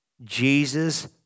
Jesus